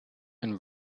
and